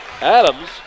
Adams